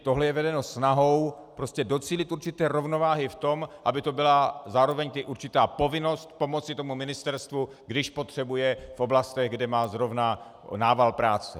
Tohle je vedeno snahou docílit určité rovnováhy v tom, aby to byla zároveň i určitá povinnost pomoci ministerstvu, když potřebuje, v oblastech, kde má zrovna nával práce.